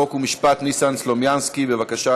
חוק ומשפט ניסן סלומינסקי, בבקשה,